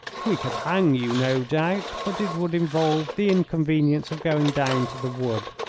we could hang you, no doubt, but it would involve the inconvenience of going down to the wood.